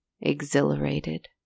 exhilarated